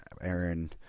aaron